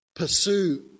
pursue